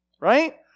right